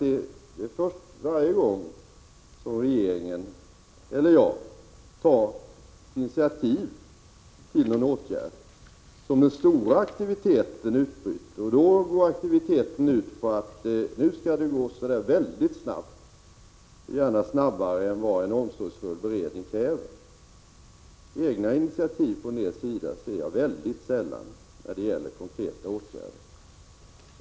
Men jag har sagt att det är när regeringen eller jag tar initiativ till en åtgärd som den stora aktiviteten utbryter, och då går den ut på att allt skall gå mycket snabbt, gärna snabbare än vad en omsorgsfull beredning kräver. Egna initiativ till konkreta åtgärder från er sida ser jag mycket sällan.